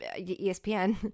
espn